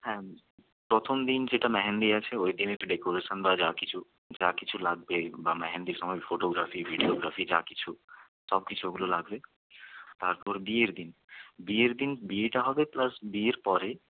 হ্যাঁ প্রথম দিন যেটা মেহেন্দি আছে ওইদিন একটু ডেকোরেশন বা যা কিছু যা কিছু লাগবে বা মেহেন্দির সময় ফটোগ্রাফি ভিডিওগ্রাফি যা কিছু সব কিছু ওগুলো লাগবে তারপর বিয়ের দিন বিয়ের দিন বিয়েটা হবে প্লাস বিয়ের পরে